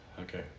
Okay